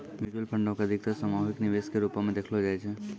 mutual फंडो के अधिकतर सामूहिक निवेश के रुपो मे देखलो जाय छै